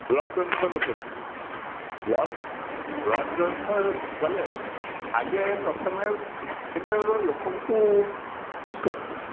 blood donation ଉପରେ ଯିବେ blood blood donation ଗଲେ ଆଗେ ପ୍ରଥମେ କେତେ ଗୁଡ଼ିଏ ଲୋକଙ୍କୁ ଠିକ୍ କରିବେ